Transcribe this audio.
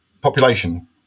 population